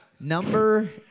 number